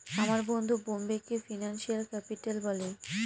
আমার বন্ধু বোম্বেকে ফিনান্সিয়াল ক্যাপিটাল বলে